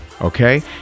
okay